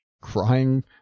crying